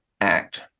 act